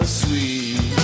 sweet